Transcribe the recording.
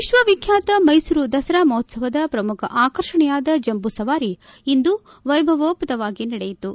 ವಿಶ್ವವಿಖ್ಞಾತ ಮ್ನೆಸೂರು ದಸರಾ ಮಹೋತ್ವವದ ಪ್ರಮುಖ ಆಕರ್ಷಣೆಯಾದ ಜಂಬೂಸವಾರಿ ಇಂದು ವೈಭವೋಪೇತವಾಗಿ ನಡೆಯಿತು